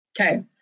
Okay